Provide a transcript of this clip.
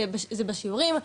זה בשיעורים,